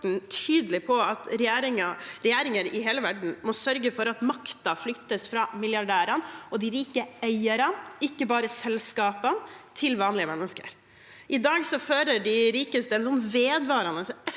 tydelig på at regjeringer i hele verden må sørge for at makten flyttes fra milliardærene og de rike eierne, ikke bare fra selskapene, og til vanlige mennesker. I dag fører de rikeste en vedvarende,